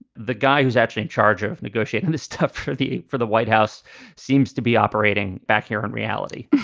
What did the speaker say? the guy who's actually in charge of negotiating is tough for the for the white house seems to be operating back here in reality